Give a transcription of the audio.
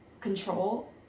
control